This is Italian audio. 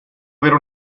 avere